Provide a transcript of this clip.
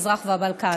המזרח והבלקן.